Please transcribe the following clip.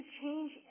change